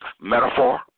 metaphor